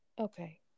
okay